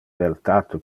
beltate